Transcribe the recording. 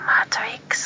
Matrix